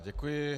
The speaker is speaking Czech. Děkuji.